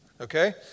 okay